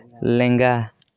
ᱞᱮᱝᱜᱟ